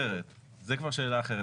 זו כבר שאלה אחרת.